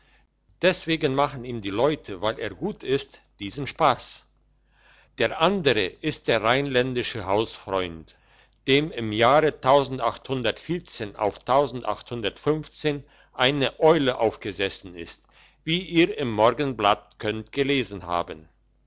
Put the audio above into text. deswegen machen ihm die leute weil er gut ist diesen spass der andere ist der rheinländische hausfreund dem im jahr auf eine eule aufgesessen ist wie ihr im morgenblatt könnt gelesen haben